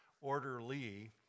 orderly